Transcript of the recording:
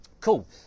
Cool